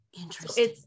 Interesting